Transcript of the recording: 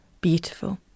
beautiful